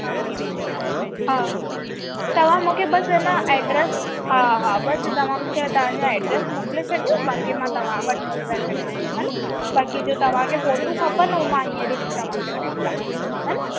हा हा तव्हां मूंखे बसि अइन एड्रेस हा हा बसि तव्हां मूंखे तव्हांजो एड्रेस मोकिले छॾियो बाक़ी मां तव्हां वटि मोकिलाए छॾंदमि हा न बाक़ी जो तव्हांखे फ़ोटू खपनि उहो मां हींअर ई थी तव्हांखे मोकिला हा न